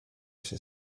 się